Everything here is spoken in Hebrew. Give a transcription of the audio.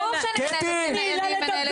ברור שאני מנהלת דו-שיח.